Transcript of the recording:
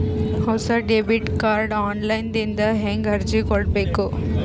ಹೊಸ debit card online ದಿಂದ ಹೇಂಗ ಅರ್ಜಿ ಕೊಡಬೇಕು?